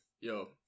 Yo